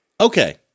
Okay